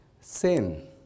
sin